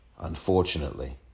unfortunately